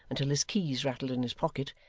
until his keys rattled in his pocket.